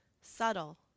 subtle